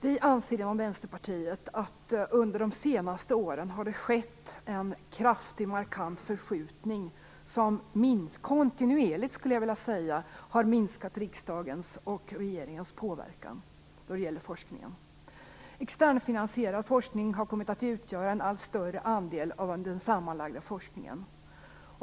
Vi i Vänsterpartiet anser att det under de senaste åren har skett en markant förskjutning som kontinuerligt har minskat riksdagens och regeringens påverkan vad gäller forskningen. Externfinansierad forskning har kommit att utgöra en allt större andel av den totala forskningen.